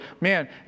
man